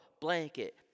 blanket